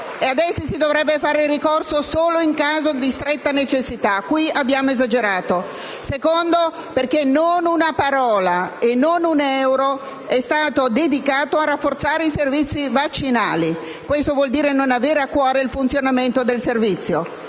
Ad essi si dovrebbe fare ricorso solo in caso di stretta necessità. Qui, invece, abbiamo esagerato. In secondo luogo, non una parola e non un euro sono stati dedicati a rafforzare i servizi vaccinali: questo vuol dire non avere a cuore il funzionamento del servizio.